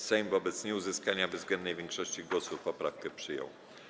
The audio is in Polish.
Sejm wobec nieuzyskania bezwzględnej większości głosów poprawkę przyjął.